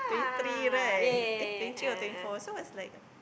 twenty three right eh twenty three or twenty four so I was like